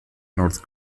north